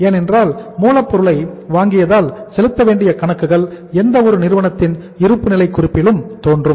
ஏனென்றால் மூலப்பொருளை வாங்கியதால் செலுத்தவேண்டிய கணக்குகள் எந்த ஒரு நிறுவனத்தின் இருப்புநிலை குறிப்பிலும் தோன்றும்